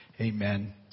amen